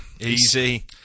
easy